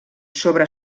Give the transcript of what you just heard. sobre